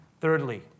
Thirdly